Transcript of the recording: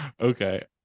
Okay